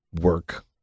work